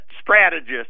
strategist